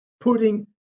putting